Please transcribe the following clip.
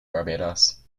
barbados